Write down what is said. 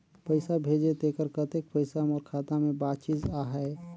पइसा भेजे तेकर कतेक पइसा मोर खाता मे बाचिस आहाय?